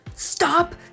stop